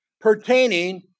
pertaining